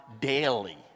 daily